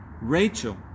Rachel